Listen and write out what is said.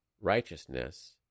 righteousness